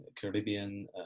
Caribbean